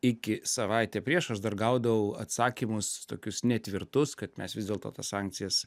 iki savaitę prieš aš dar gaudavau atsakymus tokius netvirtus kad mes vis dėlto tas sankcijas